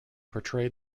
portray